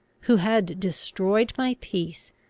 who had destroyed my peace,